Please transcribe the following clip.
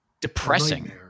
depressing